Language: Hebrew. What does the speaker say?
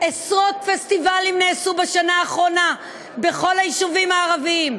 עשרות פסטיבלים נעשו בשנה האחרונה בכל היישובים הערביים.